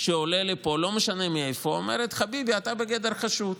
שעולה לפה, לא משנה מאיפה: חביבי, אתה בגדר חשוד,